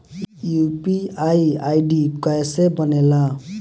UPI ID कैसे बनेला?